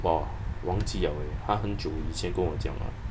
!wah! 我忘记 liao leh 他很久以前跟我讲 uh